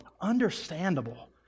understandable